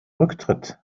rücktritt